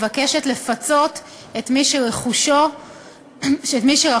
מבקשת לפצות את מי שרכשו מקרקעין